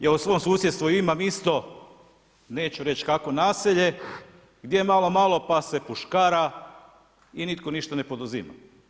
Ja u svom susjedstvu imam isto, neću reći kakvo naselje, gdje malo malo pa se puškara i nitko ništa ne poduzima.